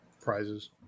prizes